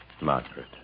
Margaret